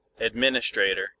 Administrator